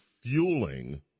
fueling